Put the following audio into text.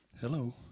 Hello